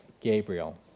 Gabriel